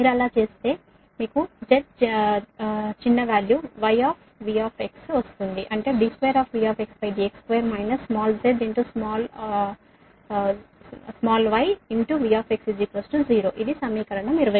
మీరు అలా చేస్తే మీకు z చిన్న y V వస్తుంది అంటే d2Vdx2 small zsmallyVx0 ఇది సమీకరణం 23